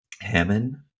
Hammond